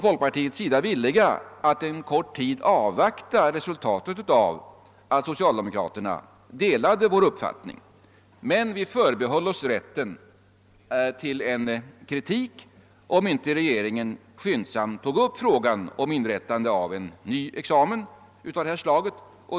Folkpartiet var då villigt att en kort tid ställa sig avvaktande med tanke på att socialdemokraterna delade partiets uppfattning, men vi förbehöll oss rätten att kritisera, om inte regeringen skyndsamt tog upp frågan om inrättande av en ny examen av detta slag.